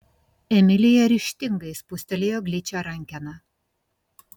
emilija ryžtingai spustelėjo gličią rankeną